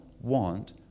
want